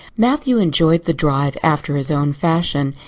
matthew enjoyed the drive after his own fashion,